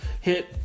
hit